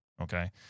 Okay